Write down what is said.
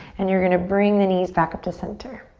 and you're going to bring the knees back up to center.